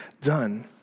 done